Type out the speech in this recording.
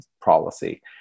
policy